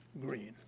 green